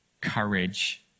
courage